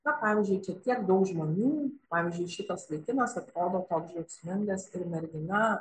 va pavyzdžiui čia tiek daug žmonių pavyzdžiui šitas vaikinas atrodo toks džiaugsmingas ir mergina